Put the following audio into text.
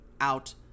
out